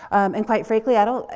and quite frankly, i don't,